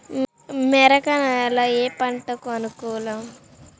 మెరక నేల ఏ పంటకు అనుకూలం?